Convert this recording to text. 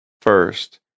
First